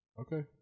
Okay